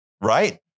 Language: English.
Right